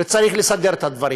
וצריך לסדר את הדברים.